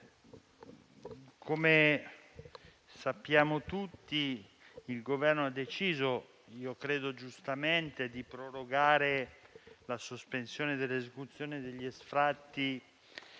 come sappiamo tutti, il Governo ha deciso - a mio parere, giustamente - di prorogare la sospensione dell'esecuzione degli sfratti